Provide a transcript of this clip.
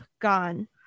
gone